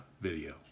video